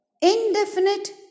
indefinite